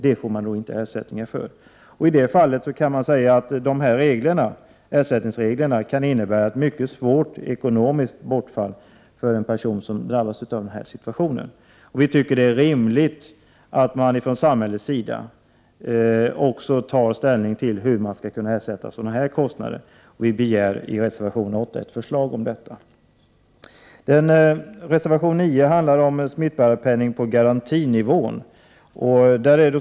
Det kan också handla om lång avvecklingsperiod. Ersättningsreglerna kan således innebära ett svårt ekonomiskt bakslag för den som drabbas. Det är därför enligt vår mening rimligt att samhället ersätter kostnader av det slag som jag här har nämnt. I reservation 8 begär vi ett förslag om detta. Reservation 9 handlar om smittbärarpenning på garantinivå.